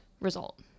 result